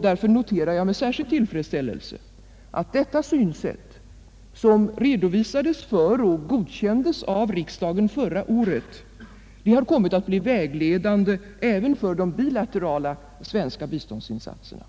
Därför noterar jag med särskild tillfredsställelse att detta synsätt, som redovisades för och godkändes av riksdagen förra året, kommit att bli vägledande även för de bilaterala svenska biståndsinsatserna.